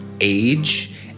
age